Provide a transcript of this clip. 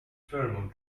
pheromone